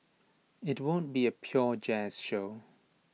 IT won't be A pure jazz show